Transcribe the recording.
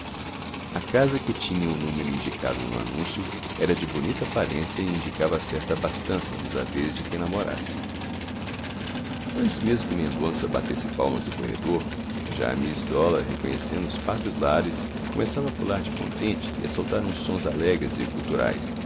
a casa que tinha o número indicado no anúncio era de bonita aparência e indicava certa abastança nos haveres de quem lá morasse antes mesmo que mendonça batesse palmas no corredor já miss dollar reconhecendo os pátrios lares começava a pular de contente e a soltar uns sons alegres e guturais